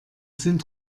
sind